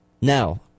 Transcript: Now